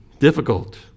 Difficult